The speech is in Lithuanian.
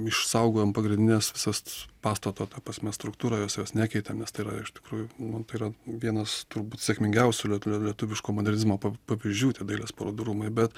išsaugojom pagrindines visas pastato ta prasme struktūrą jos jos nekeitėm nes tai yra iš tikrųjų nu tai yra vienas turbūt sėkmingiausių lie lietuviško modernizmo pa pavyzdžių tie dailės parodų rūmai bet